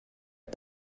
and